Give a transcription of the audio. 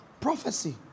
Prophecy